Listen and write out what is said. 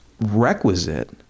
requisite